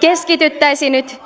keskityttäisi nyt